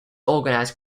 organized